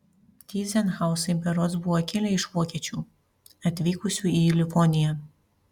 tyzenhauzai berods buvo kilę iš vokiečių atvykusių į livoniją